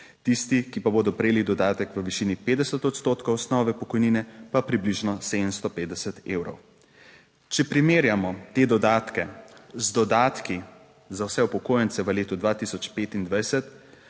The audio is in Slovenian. tisti, ki pa bodo prejeli dodatek v višini 50 odstotkov osnove pokojnine, pa približno 750 evrov. Če primerjamo te dodatke z dodatki za vse upokojence v letu 2025,